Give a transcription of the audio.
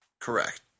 Correct